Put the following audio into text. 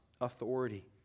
authority